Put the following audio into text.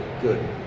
good